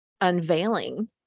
unveiling